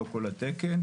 לא כל התקן.